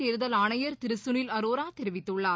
தேர்தல் ஆணையர் திரு சுனில் அரோரா தெரிவித்துள்ளார்